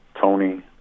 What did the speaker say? Tony